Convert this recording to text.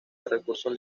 recursos